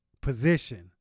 position